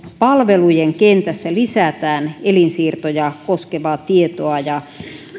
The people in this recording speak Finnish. palvelujen kentässä lisätään elinsiirtoja koskevaa tietoa ja